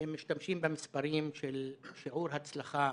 והם משתמשים במספרים של שיעור הצלחה